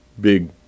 big